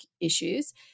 issues